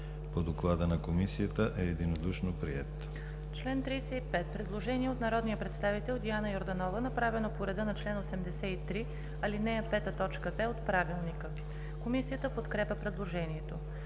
по доклада на Комисията, са единодушно приети,